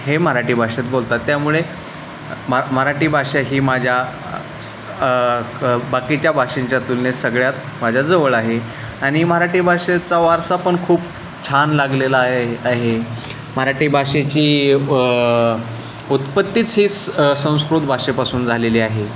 हे मराठी भाषेत बोलतात त्यामुळे म मराठी भाषा ही माझ्या स क बाकीच्या भाषांच्या तुलनेत सगळ्यात माझ्याजवळ आहे आणि मराठी भाषेचा वारसा पण खूप छान लागलेला आहे आहे मराठी भाषेची उत्पत्तीच ही स संस्कृत भाषेपासून झालेली आहे